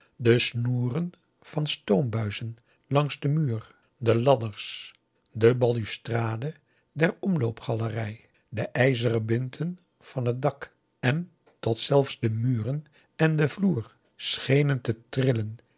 de snoeren van stoombuizen langs den muur de ladders de balustrade der omloopgalerij de ijzeren binten van het dak en tot zelfs de muren en de vloer schenen te trillen